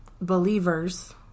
believers